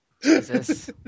Jesus